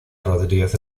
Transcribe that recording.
rodríguez